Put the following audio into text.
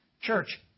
Church